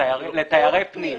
לתיירי פנים.